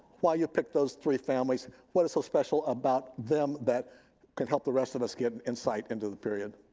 why you picked those three families. what is so special about them that can help the rest of us get insight into the period?